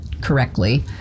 correctly